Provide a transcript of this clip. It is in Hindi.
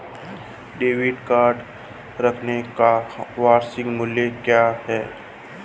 डेबिट कार्ड रखने का वार्षिक शुल्क क्या है?